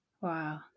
Wow